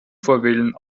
vorwählen